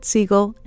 Siegel